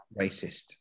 racist